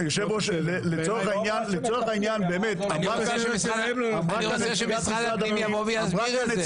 אני רוצה שמשרד הפנים יבוא ויסביר את זה.